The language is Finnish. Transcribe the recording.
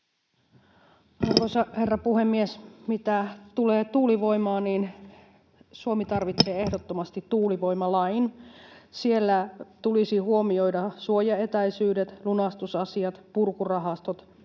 Arvoisa herra puhemies! Mitä tulee tuulivoimaan, niin Suomi tarvitsee ehdottomasti tuulivoimalain. Siellä tulisi huomioida suojaetäisyydet, lunastusasiat, purkurahastot,